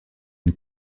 une